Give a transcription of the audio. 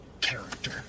character